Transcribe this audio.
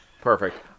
Perfect